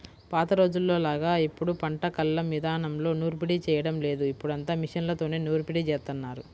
పాత రోజుల్లోలాగా ఇప్పుడు పంట కల్లం ఇదానంలో నూర్పిడి చేయడం లేదు, ఇప్పుడంతా మిషన్లతోనే నూర్పిడి జేత్తన్నారు